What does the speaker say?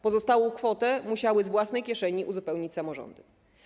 Pozostałą kwotę musiały z własnej kieszeni uzupełnić samorządy.